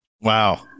Wow